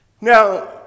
Now